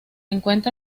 encuentra